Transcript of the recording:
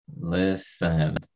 listen